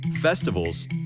festivals